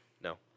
No